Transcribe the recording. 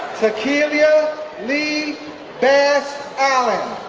tekelia lea bass allen,